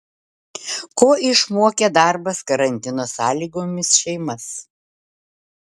ko išmokė darbas karantino sąlygomis šeimas